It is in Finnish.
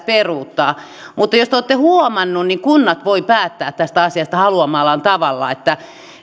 peruuttaa mutta jos te olette huomanneet niin kunnat voivat päättää tästä asiasta haluamallaan tavalla